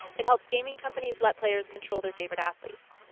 it helps gaming companies let players control their favorite athletes.